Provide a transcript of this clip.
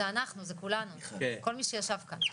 זה כולנו, כל מי שישב כאן.